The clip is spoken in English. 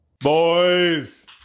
Boys